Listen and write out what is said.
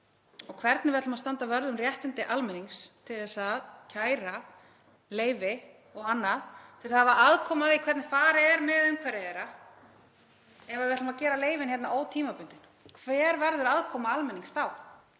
og hvernig við ætlum að standa vörð um réttindi almennings til að kæra leyfi og annað, til að hafa aðkomu að því hvernig farið er með umhverfi almennings. Ef við ætlum að gera leyfin ótímabundin, hver verður aðkoma almennings þá?